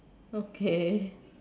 okay